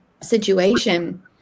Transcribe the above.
situation